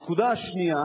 הנקודה השנייה